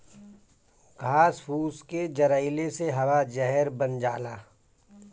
घास फूस के जरइले से हवा जहर बन जाला